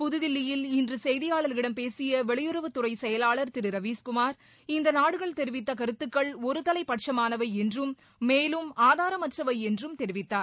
புதுதில்லியில் இன்று செய்தியாளர்களிடம் பேசிய வெளியுறவுத்துறை செயலாளர் திரு ரவீஸ்குமார் இந்த நாடுகள் தெரிவித்த கருத்துக்கள் ஒருதலைப்பட்சமானவை என்றும் மேலும் ஆதாரமற்றவை என்றும் தெரிவித்தார்